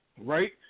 right